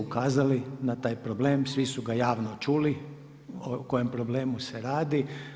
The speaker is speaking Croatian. ukazali na taj problem, svi su ga javno čuli, o kojem problemu se radi.